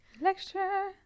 lecture